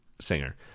singer